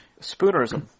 Spoonerism